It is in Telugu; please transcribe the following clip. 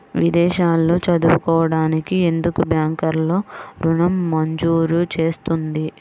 విదేశాల్లో చదువుకోవడానికి ఎందుకు బ్యాంక్లలో ఋణం మంజూరు చేస్తుంది?